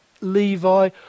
Levi